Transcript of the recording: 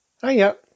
Hiya